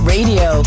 Radio